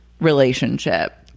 relationship